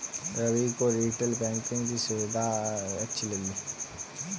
रवि को retail banking की सुविधाएं अच्छी लगी